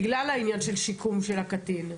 בגלל העניין של שיקום של הקטין.